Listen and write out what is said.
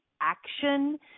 action